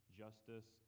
justice